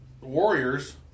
warriors